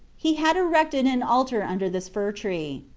he had erected an altar under this fir tree.